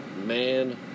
man